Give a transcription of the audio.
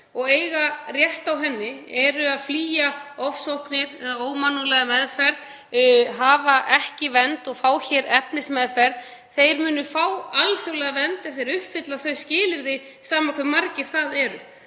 og eiga rétt á henni, eru að flýja ofsóknir eða ómannúðlega meðferð, hafa ekki vernd og fá hér efnismeðferð, munu fá alþjóðlega vernd ef þeir uppfylla þau skilyrði, sama hve margir það eru.